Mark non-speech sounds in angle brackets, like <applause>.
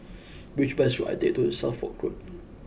<noise> which bus should I take to Suffolk Road